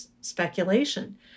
speculation